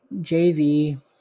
JV